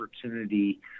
opportunity